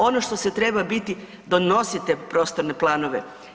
Ono što se treba biti donosite prostorne planove.